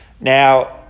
Now